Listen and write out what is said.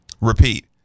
Repeat